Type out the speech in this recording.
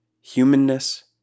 humanness